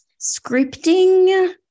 scripting